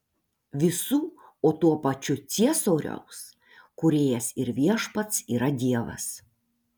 visų o tuo pačiu ciesoriaus kūrėjas ir viešpats yra dievas